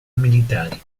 militari